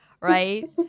right